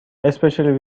especially